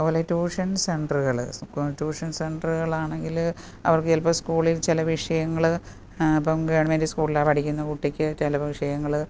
അതുപോലെ ട്യൂഷൻ സെൻ്ററുകൾ ഇപ്പോൾ ട്യൂഷൻ സെൻ്ററുകളാണെങ്കിൽ അവർക്ക് ചിലപ്പോൾ സ്കൂളിൽ ചില വിഷയങ്ങൾ ഇപ്പം ഗവൺമെൻ്റ് സ്കൂളിൽ പഠിക്കുന്ന കുട്ടിക്ക് ചില വിഷയങ്ങൾ